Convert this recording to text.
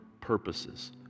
purposes